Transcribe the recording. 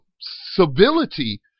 civility